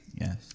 Yes